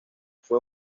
fue